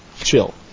chill